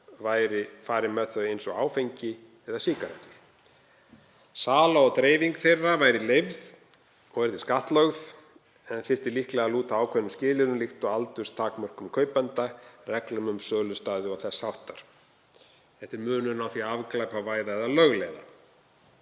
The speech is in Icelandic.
farið væri með þau eins og áfengi eða sígarettur. Sala og dreifing þeirra væri leyfð og þau yrðu skattlögð en það þyrfti líklega að lúta ákveðnum skilyrðum, líkt og aldurstakmörkum kaupanda, reglum um sölustaði og þess háttar. Það er munurinn á því að afglæpavæða eða lögleiða.